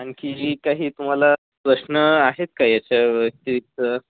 आणखी काही तुम्हाला प्रश्न आहेत का याच्या व्यतिरिक्त